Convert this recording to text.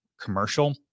commercial